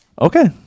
okay